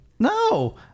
no